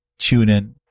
TuneIn